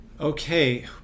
Okay